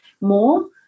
more